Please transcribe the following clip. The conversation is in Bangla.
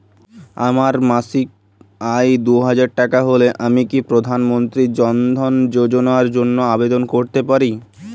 আমার মাসিক আয় দুহাজার টাকা হলে আমি কি প্রধান মন্ত্রী জন ধন যোজনার জন্য আবেদন করতে পারি?